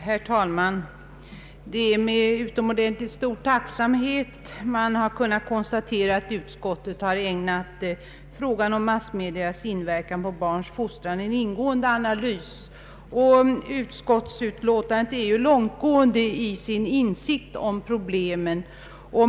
Herr talman! Det är med utomordentligt stor tacksamhet man kunnat konstatera att utskottet har ägnat frågan om massmedias inverkan på barns fostran en ingående analys. Utskottsutlåtandet är långtgående i sin insikt om problemen.